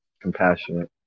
compassionate